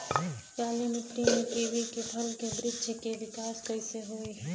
काली मिट्टी में कीवी के फल के बृछ के विकास कइसे होई?